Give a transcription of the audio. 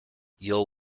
you’ll